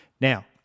Now